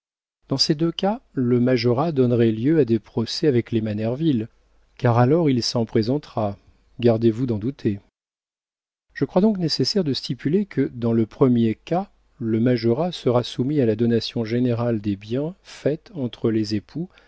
dans ces deux cas le majorat donnerait lieu à des procès avec les manerville car alors il s'en présentera gardez-vous d'en douter je crois donc nécessaire de stipuler que dans le premier cas le majorat sera soumis à la donation générale des biens faite entre les époux